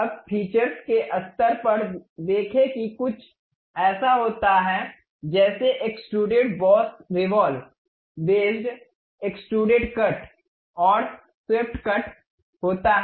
अबफीचर्स के स्तर पर देखें कि कुछ ऐसा है जैसे extruded boss revolve based extruded cut और स्वेप्ट कट होता है